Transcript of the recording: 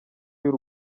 y’u